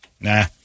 Nah